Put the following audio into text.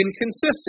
inconsistent